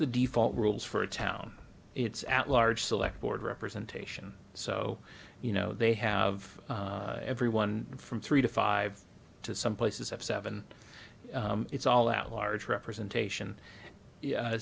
the default rules for a town its at large select board representation so you know they have everyone from three to five to some places have seven it's all out large representation